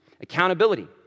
Accountability